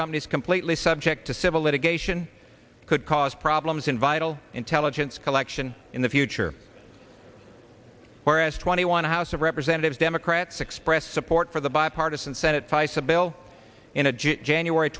companies completely subject to civil litigation could cause problems in vital intelligence collection in the future whereas twenty one house of representatives democrats expressed support for the bipartisan